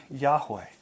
Yahweh